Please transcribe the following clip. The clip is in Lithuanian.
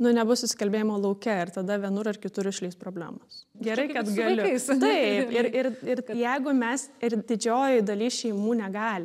nu nebus susikalbėjimo lauke ir tada vienur ar kitur išlįs problemos gerai kad galiu taip ir ir ir jeigu mes ir didžioji dalis šeimų negali